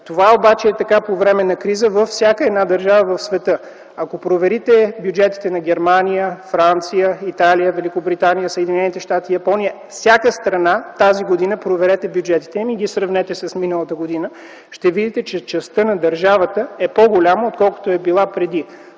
Това обаче е така по време на криза във всяка една държава по света. Ако проверите бюджетите на Германия, Франция, Италия, Великобритания, Съединените щати и Япония – всяка страна тази година, проверете бюджетите и ги сравнете с тези от миналата година, тогава ще видите, че частта на държавата е по-голяма, отколкото е била преди